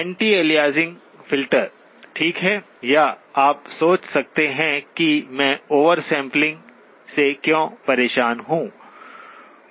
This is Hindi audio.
एंटी अलियासिंग फिल्टर ठीक है या आप सोच सकते हैं कि मैं ओवर सैंपलिंग से क्यों परेशान हूं